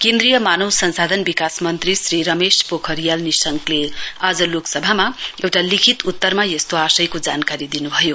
केन्द्रीय मानव संसाधन विकास मन्त्री श्री रमेश पोखरियल निशंकले आज लोकसभामा एउटा लिखित उत्तरमा यस्तो आशयको जानकारी दिनुभयो